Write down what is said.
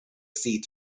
sea